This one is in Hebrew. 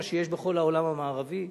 מה שיש בכל העולם המערבי.